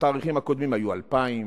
התאריכים הקודמים היו 2000,